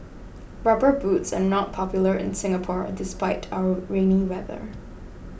rubber boots are not popular in Singapore despite our rainy weather